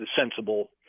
sensible